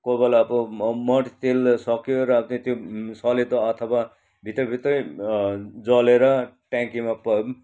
कोही बेला अब म मट्टितेल सक्यो र त्यो त्यो सलेदो अथवा भित्रभित्रै जलेर ट्याङ्कीमा